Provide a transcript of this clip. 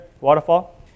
waterfall